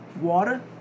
water